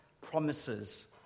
promises